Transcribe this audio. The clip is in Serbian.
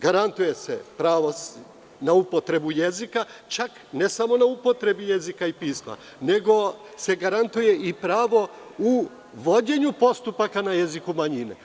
Garantuje se pravo na upotrebu jezika, čak ne samo na upotrebi jezika i pisma, nego se garantuje i pravo u vođenju postupaka na jeziku manjine.